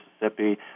Mississippi